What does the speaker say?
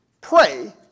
pray